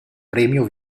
premio